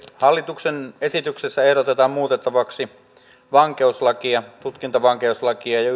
hallituksen esityksessä ehdotetaan muutettavaksi vankeuslakia tutkintavankeuslakia ja ja